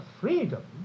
freedom